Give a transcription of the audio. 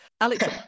Alex